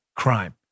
crime